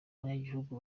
abanyagihugu